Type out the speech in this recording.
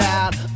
out